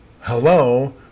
Hello